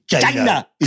China